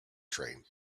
train